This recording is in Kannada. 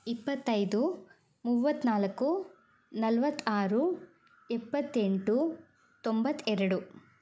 ಇಪ್ಪತ್ತೈದು ಮೂವ್ವತ್ತ್ನಾಲ್ಕು ನಲವತ್ತಾರು ಎಪ್ಪತ್ತೆಂಟು ತೊಂಬತ್ತೆರಡು